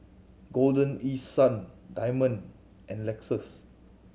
Golden East Sun Diamond and Lexus